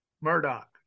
Murdoch